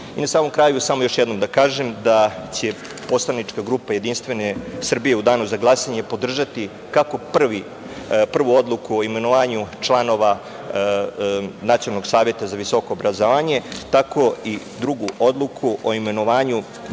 samom kraju samo još jednom da kažem da će Poslanika grupa JS u danu za glasanje podržati kako prvu Odluku o imenovanju članova Nacionalnog saveta za visoko obrazovanje, tako i drugu Odluku o imenovanju